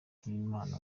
bw’imana